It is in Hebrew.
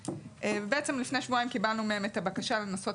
לפני כשבועיים קיבלנו מהם את הבקשה לנסות